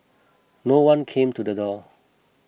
no one came to the door